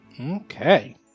Okay